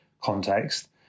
context